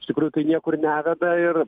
iš tikrųjų tai niekur neveda ir